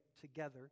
together